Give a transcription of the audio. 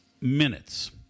minutes